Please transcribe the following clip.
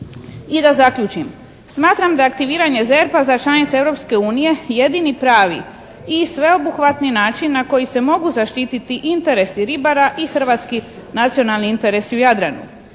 I da zaključim. Smatram da aktiviranje ZERP-a za članice Europske unije jedini pravi i sveobuhvatni način na koji se mogu zaštititi interesi ribara i hrvatski nacionalni interesi u Jadranu.